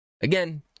again